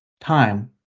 time